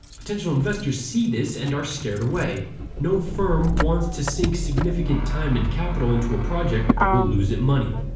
potential investors see this and are scared away no firm wants to sink significant time and capital into a project that will lose it money.